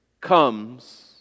comes